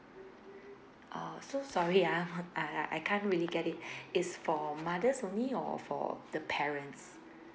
oh so sorry yeah I I I can't really get it it's for mothers only or for the parents